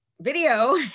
video